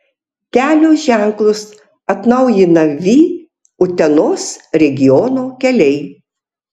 kelio ženklus atnaujina vį utenos regiono keliai